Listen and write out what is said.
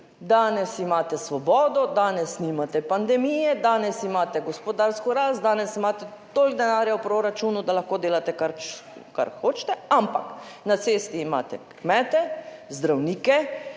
Danes imate svobodo, danes nimate pandemije, danes imate gospodarsko rast, danes imate toliko denarja v proračunu, da lahko delate, kar hočete, ampak na cesti imate kmete, zdravnike,